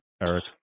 Eric